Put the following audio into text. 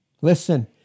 Listen